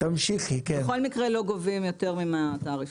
בכל מקרה, לא גובים יותר מהתעריפון,